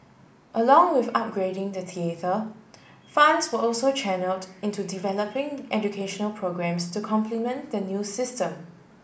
along with upgrading the theatre funds were also channelled into developing educational programmes to complement the new system